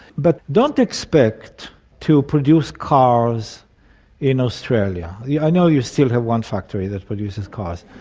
but don't expect to produce cars in australia. yeah i know you still have one factory that produces cars.